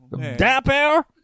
dapper